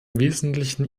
wesentlichen